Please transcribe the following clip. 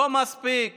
לא מספיק